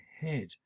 head